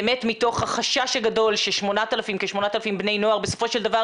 באמת מתוך החשש הגדול שכ-8,000 בני נוער בסופו של דבר